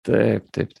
taip taip